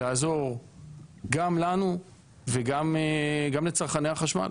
לעזור גם לנו וגם לצרכני החשמל.